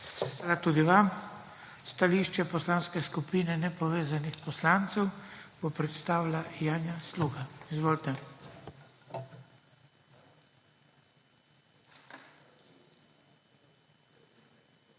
Hvala tudi vam. Stališče Poslanske skupine nepovezanih poslancev bo predstavila Janja Sluga. Izvolite.